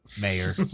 mayor